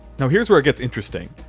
now, here's where it gets interesting.